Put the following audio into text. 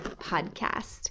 Podcast